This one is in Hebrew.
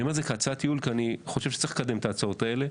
אני אומר את זה כהצעת ייעול כי אני חושב שצריך לקדם את ההצעות האלה.